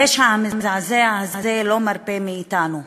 הפשע המזעזע הזה לא מרפה מאתנו,